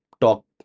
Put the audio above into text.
talk